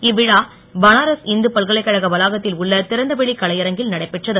இவ்விழா பனாரஸ் இந்து பல்கலைக்கழக வளாகத்தில் உள்ள இறந்தவெளி கலையரங்கில் நடைபெற்றது